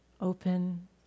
open